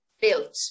built